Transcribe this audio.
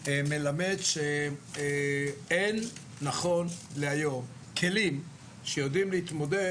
מלמד שאין נכון להיום כלים שיודעים להתמודד